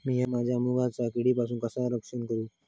मीया माझ्या मुगाचा किडीपासून कसा रक्षण करू?